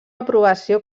aprovació